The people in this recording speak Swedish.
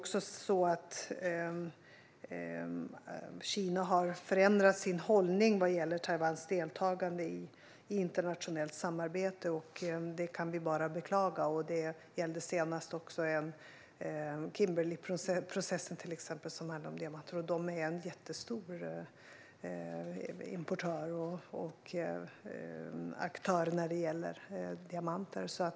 Kina har förändrat sin hållning vad gäller Taiwans deltagande i internationellt samarbete. Det kan vi bara beklaga. Det gällde senast exempelvis Kimberleyprocessen, som handlar om diamanter. Taiwan är en jättestor importör och aktör när det gäller diamanter.